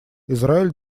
израиль